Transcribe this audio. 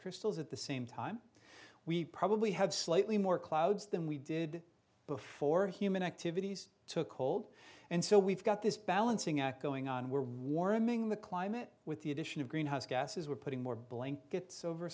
crystals at the same time we probably have slightly more clouds than we did before human activities took hold and so we've got this balancing act going on we're warming the climate with the addition of greenhouse gases we're putting more blankets over